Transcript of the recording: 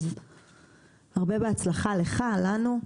אז הרבה בהצלחה לך ולנו,